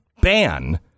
ban